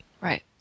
Right